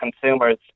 consumers